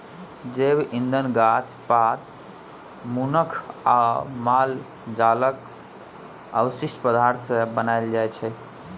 जैब इंधन गाछ पात, मनुख आ माल जालक अवशिष्ट पदार्थ सँ बनाएल जाइ छै